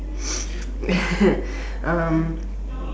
um